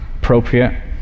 appropriate